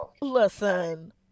Listen